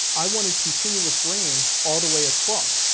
i wanted continuous grain all the way across.